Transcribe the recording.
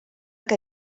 que